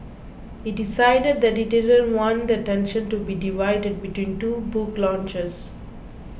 he decided that he didn't want the attention to be divided between two book launches